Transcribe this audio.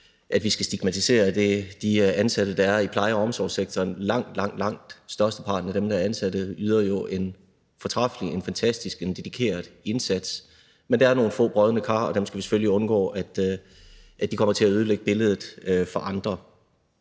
at vi skal stigmatisere de ansatte, der er i pleje- og omsorgssektoren. Langt, langt størsteparten af dem, der er ansat, yder jo en fortræffelig, en fantastisk, en dedikeret indsats; men der er nogle få brodne kar, og dem skal vi selvfølgelig undgå kommer til at ødelægge billedet for andre.